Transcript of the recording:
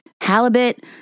halibut